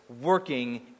working